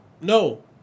No